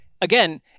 Again